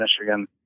Michigan